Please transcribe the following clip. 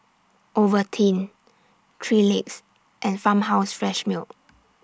Ovaltine three Legs and Farmhouse Fresh Milk